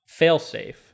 Failsafe